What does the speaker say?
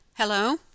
Hello